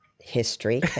history